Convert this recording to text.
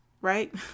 right